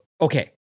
okay